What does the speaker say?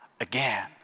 again